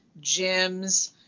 gyms